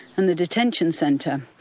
and the detention centre.